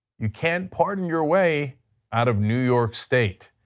you can't pardon your way out of new york state.